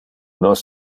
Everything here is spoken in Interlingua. nos